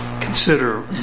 consider